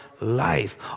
life